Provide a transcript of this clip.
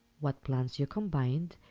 what plants you combined,